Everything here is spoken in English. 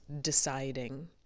deciding